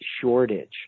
shortage